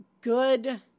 good